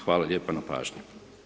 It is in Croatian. Hvala lijepa na pažnji.